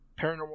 paranormal